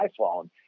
iPhone